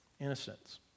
innocence